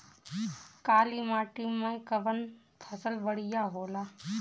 काली माटी मै कवन फसल बढ़िया होला?